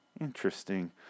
interesting